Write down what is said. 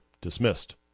Dismissed